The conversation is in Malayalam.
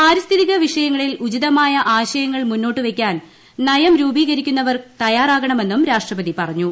പാരിസ്ഥിക വിഷയങ്ങളിൽ ഉചിതമായ ആശയങ്ങൾ മുന്നോട്ട് വെയ്കാൻ നയം രൂപീകരിക്കുന്നവർ തയ്യാറാകണമെന്നും രാഷ്ട്രപതി പറഞ്ഞു